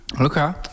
Okay